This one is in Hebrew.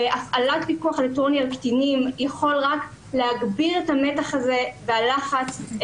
והפעלת פיקוח אלקטרוני על קטינים יכולה רק להגביר את המתח הזה ואת הלחץ.